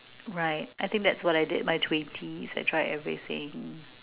right I think that's what I did in my twenties I tried everything